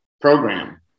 program